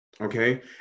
okay